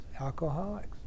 alcoholics